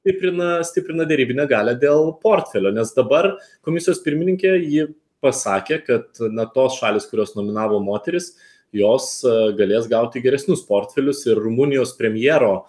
stiprina stiprina derybinę galią dėl portfelio nes dabar komisijos pirmininkė ji pasakė kad na tos šalys kurios nominavo moteris jos galės gauti geresnius portfelius ir rumunijos premjero